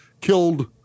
killed